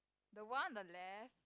the one on the left